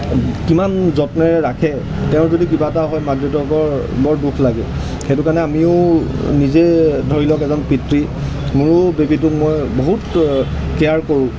কিমান যত্নেৰে ৰাখে তেওঁৰ যদি কিবা এটা হয় মাক দেউতাকৰ বৰ দুখ লাগে সেইটো কাৰণে আমিও নিজে ধৰি লওক এজন পিতৃ মোৰো বেবীটোক মই বহুত কেয়াৰ কৰোঁ